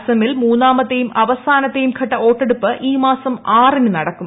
അസമിൽ മൂന്നാമത്തെയും അവസാനത്തെയും ഘട്ട വോട്ടെടുപ്പ് ഈ മാസം ആറിന് നടക്കും